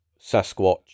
Sasquatch